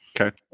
Okay